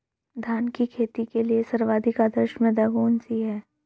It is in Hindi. धान की खेती के लिए सर्वाधिक आदर्श मृदा कौन सी है?